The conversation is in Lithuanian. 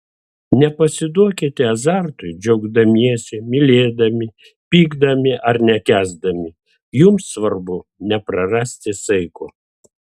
nepasiduokite azartui džiaugdamiesi mylėdami pykdami ar nekęsdami jums svarbu neprarasti saiko